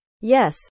yes